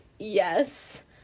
yes